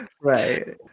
Right